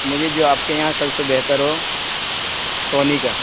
مجھے جو آپ کے یہاں سب سے بہتر ہو سونی کا